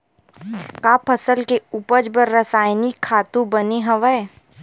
का फसल के उपज बर रासायनिक खातु बने हवय?